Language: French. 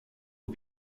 aux